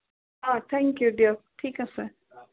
O thank you দিয়ক ঠিক আছে